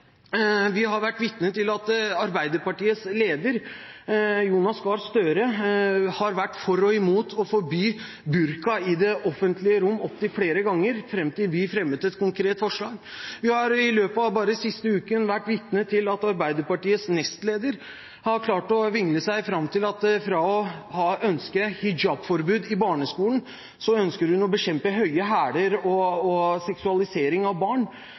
Vi har vært vitne til at Arbeiderpartiets leder Jonas Gahr Støre opptil flere ganger har vært for og imot å forby bruk av burka i det offentlige rom, fram til vi fremmet et konkret forslag. Vi har bare i løpet av den siste uken vært vitne til at Arbeiderpartiets nestleder har klart å vingle seg fram fra å ønske hijabforbud i barneskolen til å ønske å bekjempe høye hæler og seksualisering av barn.